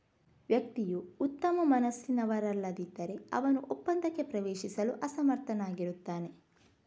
ವ್ಯಕ್ತಿಯು ಉತ್ತಮ ಮನಸ್ಸಿನವರಲ್ಲದಿದ್ದರೆ, ಅವನು ಒಪ್ಪಂದಕ್ಕೆ ಪ್ರವೇಶಿಸಲು ಅಸಮರ್ಥನಾಗಿರುತ್ತಾನೆ